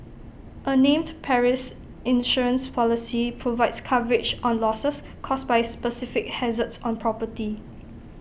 A named Perils Insurance Policy provides coverage on losses caused by specific hazards on property